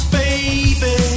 baby